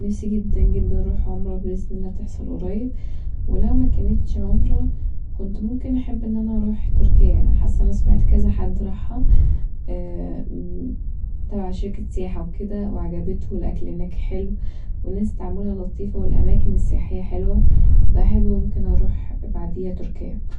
نفسي جدا جدا اروح عمره وبإذن الله تحصل قريب ولو مكانتش عمره كنت احب جدا ان انا اروح تركيا، حاسه ان انا سمعت كذا حد راحها بتاع شركة سياحة وكدا وعجبته والأكل هناك حلو والناس تعاملها لطيف والاماكن السياحية حلوه فهحب اروح بعديها تركيا